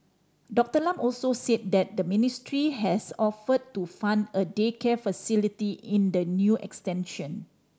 Doctor Lam also said that the ministry has offered to fund a daycare facility in the new extension